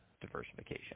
diversification